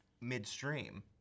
midstream